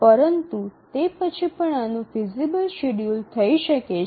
પરંતુ તે પછી પણ આનું ફિઝિબલ શેડ્યૂલ થઈ શકે છે